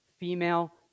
female